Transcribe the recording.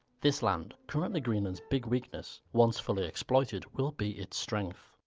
this land, currently greenland's big weakness, once fully exploited, will be its strength.